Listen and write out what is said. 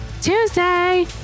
Tuesday